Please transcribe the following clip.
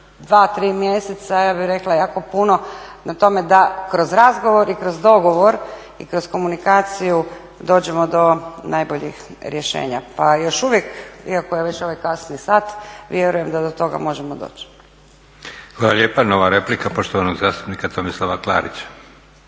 2, 3 mjeseca ja bih rekla jako puno na tome da kroz razgovor i kroz dogovor i kroz komunikaciju dođemo do najboljih rješenja. Pa još uvijek, iako je već ovaj kasni sat vjerujem da do toga možemo doći. **Leko, Josip (SDP)** Hvala lijepa. Nova replika poštovanog zastupnika Tomislava Klarića.